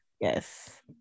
Yes